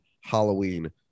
Halloween